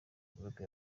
groupe